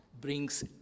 brings